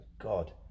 God